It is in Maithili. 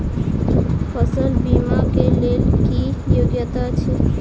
फसल बीमा केँ लेल की योग्यता अछि?